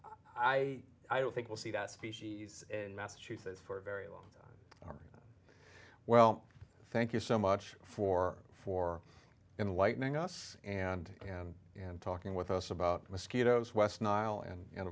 d i don't think we'll see that species in massachusetts for a very long well thank you so much for for enlightening us and and and talking with us about mosquitoes west nile and and